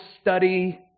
study